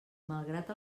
malgrat